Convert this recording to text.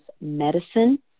medicine